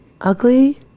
Ugly